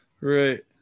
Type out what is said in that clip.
Right